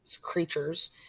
creatures